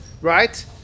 right